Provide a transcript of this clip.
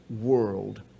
world